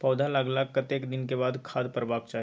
पौधा लागलाक कतेक दिन के बाद खाद परबाक चाही?